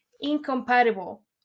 incompatible